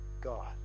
God